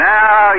Now